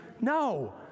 No